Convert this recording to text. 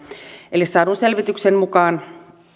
saadun selvityksen mukaan